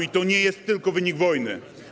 I to nie jest tylko wynik wojny.